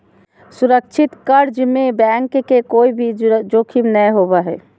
सुरक्षित कर्ज में बैंक के कोय भी जोखिम नय होबो हय